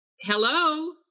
Hello